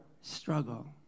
struggle